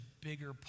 bigger